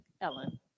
Ellen